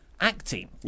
acting